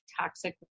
toxic